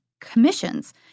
commissions